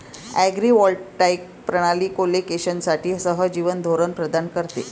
agrivoltaic प्रणाली कोलोकेशनसाठी सहजीवन धोरण प्रदान करते